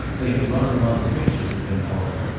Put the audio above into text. they had run a lot of pictures of him, however,